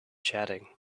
chatting